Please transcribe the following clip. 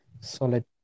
solid